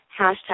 hashtag